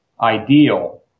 ideal